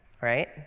right